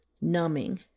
numbing